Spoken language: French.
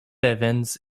evans